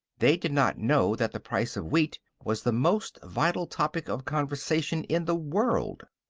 they did not know that the price of wheat was the most vital topic of conversation in the world.